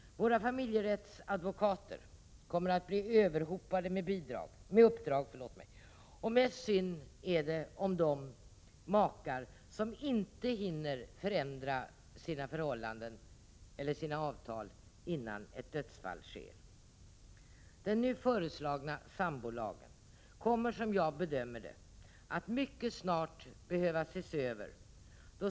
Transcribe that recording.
Våra familjerättsadvokater kommer att bli överhopade med uppdrag. Mest synd är det om de makar som inte hinner förändra sina förhållanden eller sina avtal innan ett dödsfall sker. Den nu föreslagna sambolagen kommer, som jag bedömer det, att mycket snart behöva ses över.